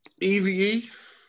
Eve